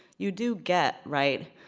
you do get, right,